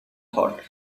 thought